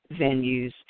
venues